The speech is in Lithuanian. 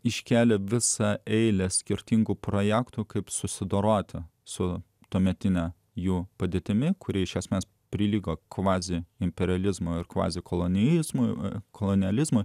iškėlė visą eilę skirtingų projektų kaip susidoroti su tuometine jų padėtimi kuri iš esmės prilygo kvazi imperializmo ir kvazi kolonijizmu e kolonializmui